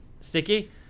Sticky